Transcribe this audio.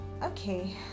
Okay